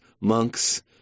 monks